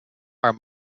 are